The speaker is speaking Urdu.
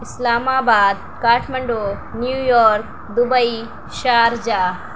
اسلام آباد Kathmandu New York Dubai Sharjah